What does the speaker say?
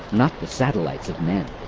not the satellites of men.